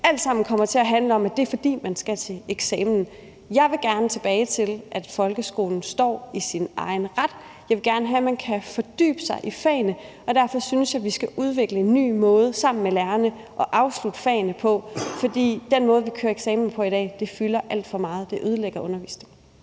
alt sammen kommer til at handle om, at det er, fordi man skal til eksamen. Jeg vil gerne tilbage til, at folkeskolen står i sin egen ret. Jeg vil gerne have, at man kan fordybe sig i fagene, og derfor synes jeg, vi sammen med lærerne skal udvikle en ny måde at afslutte fagene på, for den måde, vi kører eksamen på i dag, fylder alt for meget. Det ødelægger undervisningen.